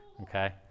Okay